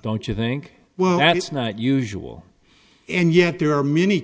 don't you think well that is not usual and yet there are many